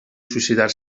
suïcidar